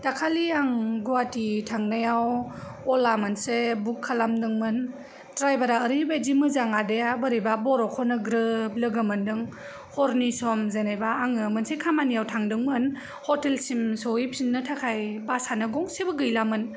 दाखालि आं गुहाथि थांनायाव अला मोनसे बुक खालामदोंमोन ड्राइभारा ओरैबायदि मोजां आदाया बोरैबा बर'खौनो ग्रोब लोगो मोनदों हरनि सम जेनेबा आङो मोनसे खामानियाव थांदोंमोन हटेलसिम सहैफिन्नो थाखाय बासानो गंसेबो गैलामोन